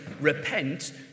repent